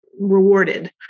rewarded